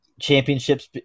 championships